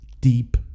deep